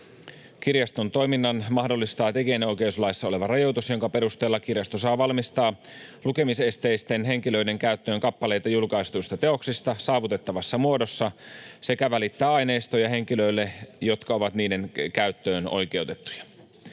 Kirjaston toiminnan mahdollistaa tekijänoikeuslaissa oleva rajoitus, jonka perusteella kirjasto saa valmistaa lukemisesteisten henkilöiden käyttöön kappaleita julkaistuista teoksista saavutettavassa muodossa sekä välittää aineistoja henkilöille, jotka ovat niiden käyttöön oikeutettuja.